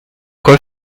quoi